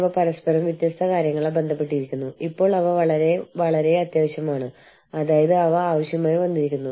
നമ്മളെ സഹായിക്കുന്ന വിവിധ ഓർഗനൈസേഷനുകൾ അന്താരാഷ്ട്ര നിയമത്തിന്റെ പരിധിക്കുള്ളിൽ തന്നെ തുടരുന്നു